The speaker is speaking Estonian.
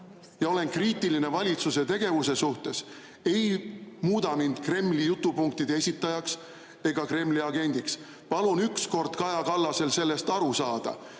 ja olen kriitiline valitsuse tegevuse suhtes, ei muuda mind Kremli jutupunktide esitajaks ega Kremli agendiks. Palun üks kord Kaja Kallasel sellest aru saada.